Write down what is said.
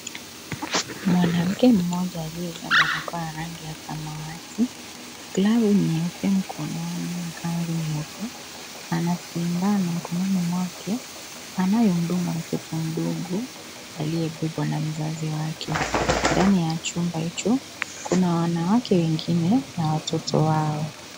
Mwanamke mmoja aliyevalia barakoa ya rangi ya samawati, glavu nyeupe mkononi na skafu nyeupe. Ana sindano mkononi mwake anayomdunga mtoto mdogo aliyebebwa na mzazi wake, ndani ya chumba hicho kuna wanawake wengine na watoto wao.